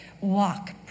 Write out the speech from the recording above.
walk